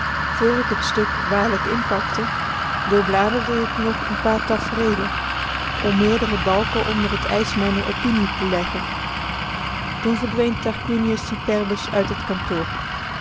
vr ik het stuk waarlijk inpakte doorbladerde k nog n paar tafreelen om meerdere balken onder het ijs mijner opinie te leggen toen verdween tarquinius superbus uit het kantoor